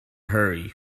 hurry